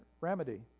remedy